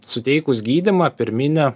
suteikus gydymą pirminį